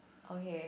okay